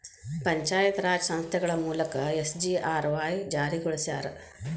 ಪಂಚಾಯತ್ ರಾಜ್ ಸಂಸ್ಥೆಗಳ ಮೂಲಕ ಎಸ್.ಜಿ.ಆರ್.ವಾಯ್ ಜಾರಿಗೊಳಸ್ಯಾರ